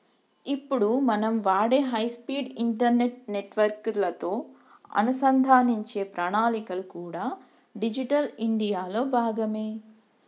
ఇప్పుడు మనం వాడే హై స్పీడ్ ఇంటర్నెట్ నెట్వర్క్ లతో అనుసంధానించే ప్రణాళికలు కూడా డిజిటల్ ఇండియా లో భాగమే